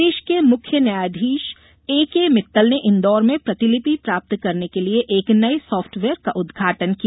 प्रदेष के मुख्य न्यायाधीश ए के मित्तल ने इंदौर में प्रतिलिपि प्राप्त करने के लिए एक नये सॉफ्टवेयर का उदघाटन किया